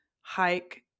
hike